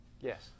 Yes